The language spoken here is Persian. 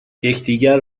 یکدیگر